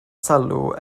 sylw